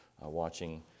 watching